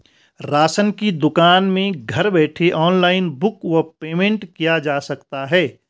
Ration की दुकान में घर बैठे ऑनलाइन बुक व पेमेंट किया जा सकता है?